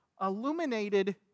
illuminated